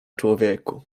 człowieku